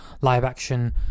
live-action